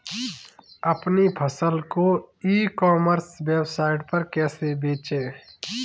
अपनी फसल को ई कॉमर्स वेबसाइट पर कैसे बेचें?